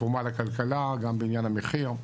תרומה לכלכלה גם בעניין המחיר,